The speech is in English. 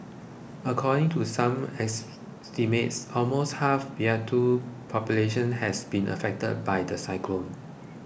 according to some estimates almost half Vanuatu's population has been affected by the cyclone